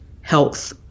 health